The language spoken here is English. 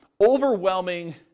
overwhelming